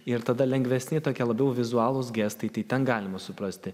ir tada lengvesni tokie labiau vizualūs gestai tai ten galima suprasti